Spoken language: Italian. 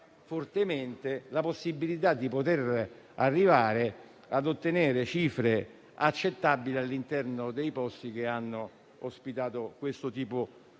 fortemente la possibilità di arrivare a ottenere cifre accettabili all'interno dei luoghi che hanno ospitato questo tipo di